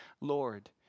Lord